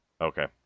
Okay